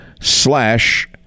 slash